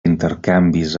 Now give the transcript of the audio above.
intercanvis